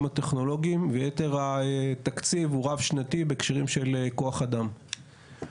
הטכנולוגיים ויתר התקציב הוא רב שנתי בהקשרים של כוח אדם.